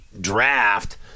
draft